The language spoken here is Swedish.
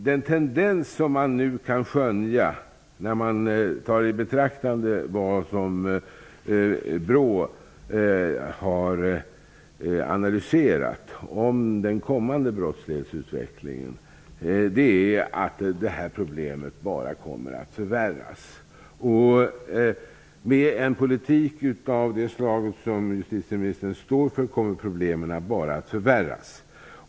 Den tendens man nu kan skönja, när man tar i beaktande BRÅ:s analyser av den kommande brottslighetsutvecklingen, är att problemet bara kommer att förvärras. Med en politik av det slag som den justitieministern står för kommer problemen bara att förvärras.